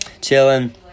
chilling